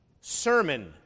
sermon